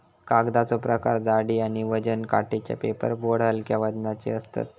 कागदाचो प्रकार जाडी आणि वजन कोटेड पेपर बोर्ड हलक्या वजनाचे असतत